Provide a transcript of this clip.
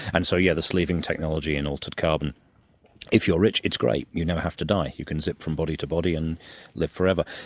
and so yeah, the sleeving technology in altered carbon if you're rich it's great you never have to die, you can zip from body to body and live forever.